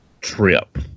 trip